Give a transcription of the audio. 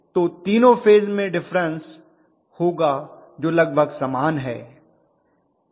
तो तीनों फेज में डिफरन्स होगा जो लगभग समान हैं